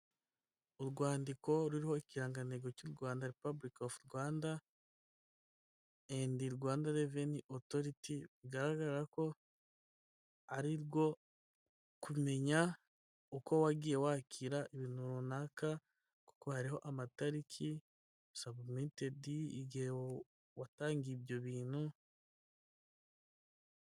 Urwandiko ruriho ikigantego cy' u Rwanda ripabulike ovu Rwanda endi Rwanda reveni otoriti bigaragara ko ari rwo kumenya uko wagiye wakira ibintu runaka, kuko hariho amatariki sabumitedi igihe watangiye ibyo bintu.